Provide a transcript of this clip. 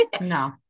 no